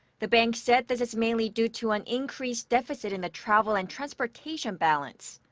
the bank said this is mainly due to an increased deficit in the travel and transportation balance.